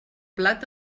blat